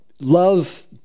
love